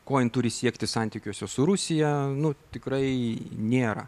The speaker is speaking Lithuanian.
ko jin turi siekti santykiuose su rusija nu tikrai nėra